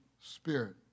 Spirit